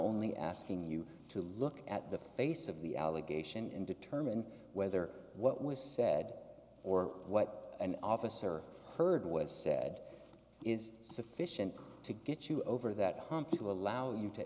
only asking you to look at the face of the allegation and determine whether what was said or what an officer heard was said is sufficient to get you over that hump to allow you to